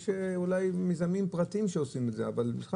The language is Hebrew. אולי יש מיזמים פרטיים שעושים את זה אבל מבחינה